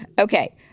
Okay